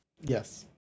yes